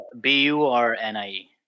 B-U-R-N-I-E